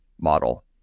model